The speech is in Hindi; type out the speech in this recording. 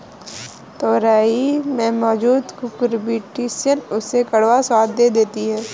तोरई में मौजूद कुकुरबिटॉसिन उसे कड़वा स्वाद दे देती है